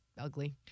ugly